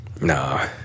No